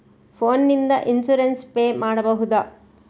Phone ನಿಂದ insurance pay ಮಾಡಬಹುದ?